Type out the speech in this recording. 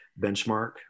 benchmark